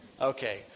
Okay